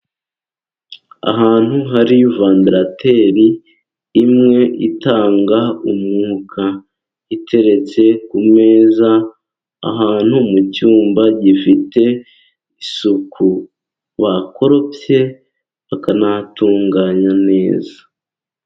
Ahantu hari vendarateri imwe itanga umwuka, iteretse ku meza ahantu mu cyumba gifite isuku bakoropye bakanahatunganya neza.